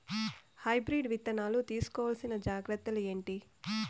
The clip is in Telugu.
హైబ్రిడ్ విత్తనాలు తీసుకోవాల్సిన జాగ్రత్తలు ఏంటి?